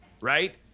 right